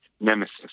nemesis